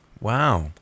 Wow